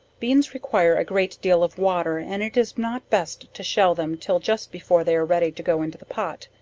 beans require a great deal of water and it is not best to shell them till just before they are ready to go into the pot,